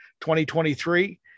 2023